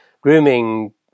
grooming